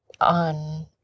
on